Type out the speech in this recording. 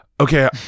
okay